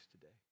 today